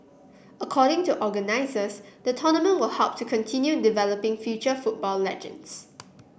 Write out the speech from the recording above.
according to organisers the tournament will help to continue developing future football legends